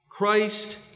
Christ